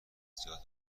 زیاد